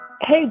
Hey